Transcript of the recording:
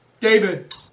David